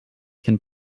can